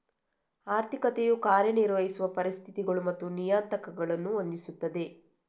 ಆರ್ಥಿಕತೆಯು ಕಾರ್ಯ ನಿರ್ವಹಿಸುವ ಪರಿಸ್ಥಿತಿಗಳು ಮತ್ತು ನಿಯತಾಂಕಗಳನ್ನು ಹೊಂದಿಸುತ್ತದೆ